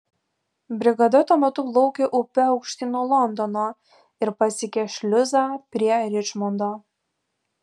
brigada tuo metu plaukė upe aukštyn nuo londono ir pasiekė šliuzą prie ričmondo